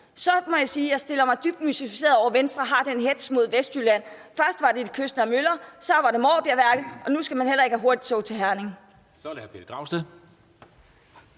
må jeg sige, at jeg stiller mig dybt mystificeret over, at Venstre har den hetz mod Vestjylland. Først var det de kystnære møller, så var det Måbjergværket, og nu skal man heller ikke have hurtigt tog til Herning.